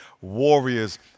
warriors